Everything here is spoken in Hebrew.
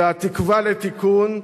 זו התקווה לתיקון,